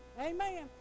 Amen